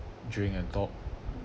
drink and talk